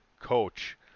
coach